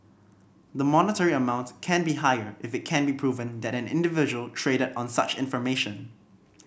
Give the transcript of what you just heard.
the monetary amount can be higher if it can be proven that an individual traded on such information